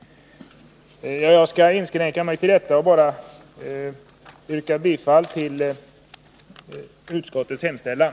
Herr talman! Jag nöjer mig med detta och yrkar bifall till utskottets hemställan.